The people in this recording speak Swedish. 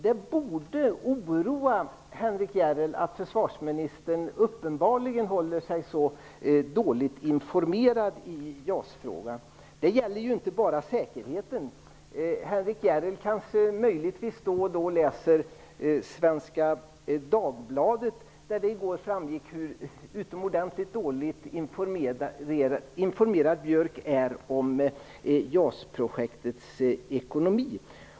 Det borde oroa Henrik Järrel att försvarsministern uppenbarligen håller sig så dåligt informerad i JAS frågan, och det gäller ju inte bara säkerheten. Henrik Järrel kanske läser Svenska Dagbladet ibland. Där framgick det i går hur utomordentligt dåligt informerad Anders Björck är om JAS projektets ekonomi.